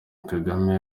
kagame